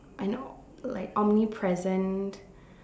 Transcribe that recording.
I know like omnipresent